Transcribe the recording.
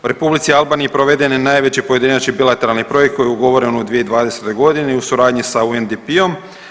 U Republici Albaniji proveden je najveći pojedinačni bilateralni projekt koji je ugovoren u 2020. godini u suradnji sa UNDP-om.